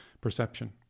perception